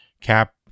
Cap